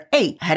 eight